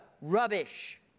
rubbish